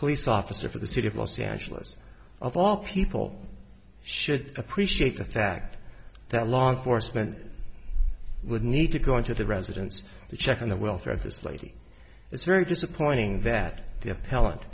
police officer for the city of los angeles of all people should appreciate the fact that law enforcement would need to go into the residence to check on the welfare of his lady it's very disappointing that t